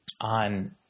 on